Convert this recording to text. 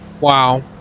Wow